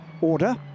order